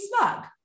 smug